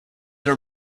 are